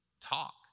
talk